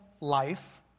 life